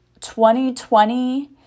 2020